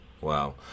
Wow